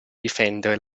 difendere